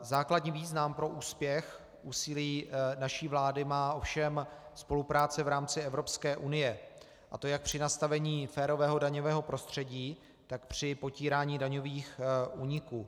Základní význam pro úspěch úsilí naší vlády má ovšem spolupráce v rámci Evropské unie, a to jak při nastavení férového daňového prostředí, tak při potírání daňových úniků.